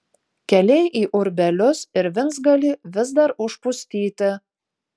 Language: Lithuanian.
keliai į urbelius ir vincgalį vis dar užpustyti